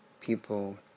people